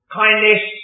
kindness